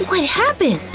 happened?